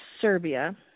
serbia